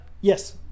yes